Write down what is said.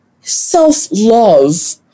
self-love